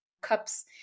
cups